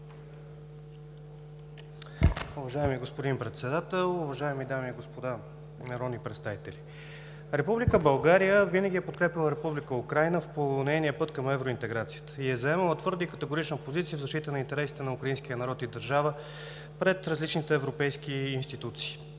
Уважаеми господин Председател, уважаеми дами и господа народни представители! Република България винаги е подкрепяла Република Украйна по нейния път към евроинтеграцията и е заемала твърда и категорична позиция в защита на интересите на украинския народ и държава пред различните европейски институции.